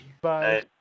bye